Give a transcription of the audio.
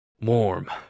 warm